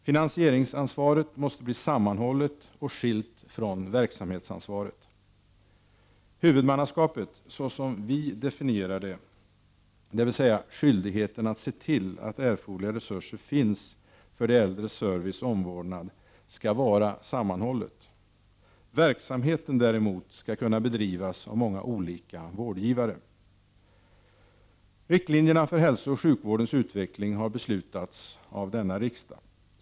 Finansieringsansvaret måste bli sammanhållet och skilt från verksamhetsansvaret. Huvudmannaskapet såsom vi definierar det, dvs. skyldigheten att se till att erforderliga resurser finns för de äldres service och omvårdnad, skall vara sammanhållet. Verksamheten däremot skall kunna bedrivas av många olika vårdgivare. Riktlinjerna för hälsooch sjukvårdens utveckling har beslutats av riksdagen.